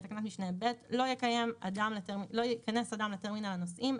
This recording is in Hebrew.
לא ייכנס אדם לטרמינל הנוסעים,